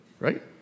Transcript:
right